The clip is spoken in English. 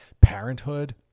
parenthood